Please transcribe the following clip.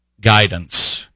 guidance